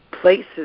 places